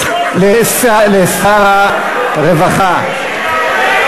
הוא לא שר השיכון, לשר הרווחה.